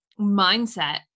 mindset